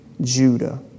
Judah